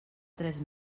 tres